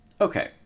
okay